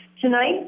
tonight